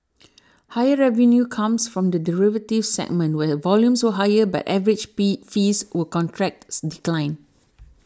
higher revenue comes from the derivatives segment where volumes were higher but average pee fees were contracts declined